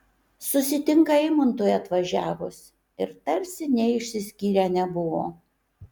susitinka eimuntui atvažiavus ir tarsi nė išsiskyrę nebuvo